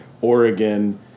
oregon